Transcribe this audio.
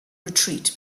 retreat